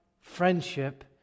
friendship